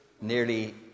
nearly